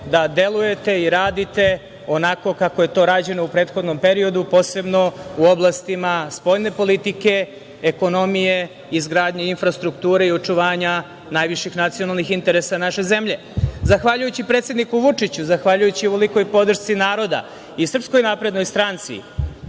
da delujete i radite onako kako je to rađeno u prethodnom periodu, posebno u oblastima spoljne politike, ekonomije, izgradnje infrastrukture i očuvanja najviših nacionalnih interesa naše zemlje. Zahvaljujući predsedniku Vučiću, zahvaljujući ovolikoj podršci naroda i SNS, naša